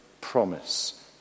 promise